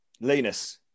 Linus